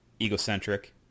egocentric